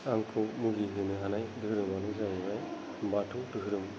आंखौ मुहिहोनो हानाय दोहोरोमानो जाहैबाय बाथौ दोहोरोम